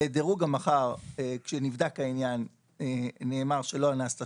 לדירוג המח"ר כשנבדק העניין נאמר שלא נעשתה